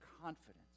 confidence